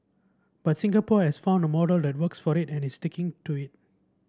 but Singapore has found a model that works for it and is sticking to it